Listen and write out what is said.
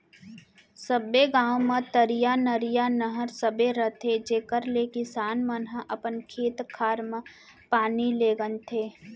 सबे गॉंव म तरिया, नदिया, नहर सबे रथे जेकर ले किसान मन ह अपन खेत खार म पानी लेगथें